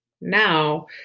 Now